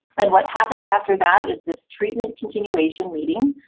and what happens after that is this treatment continuation meeting,